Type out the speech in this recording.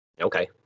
Okay